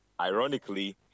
Ironically